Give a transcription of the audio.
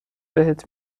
بهت